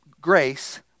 grace